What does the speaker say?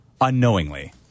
unknowingly